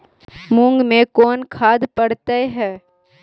मुंग मे कोन खाद पड़तै है?